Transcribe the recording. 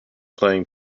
playing